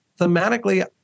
Thematically